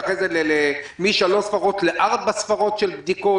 ואחרי זה משלוש ספרות לארבע ספרות של בדיקות.